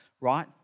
right